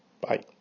Bye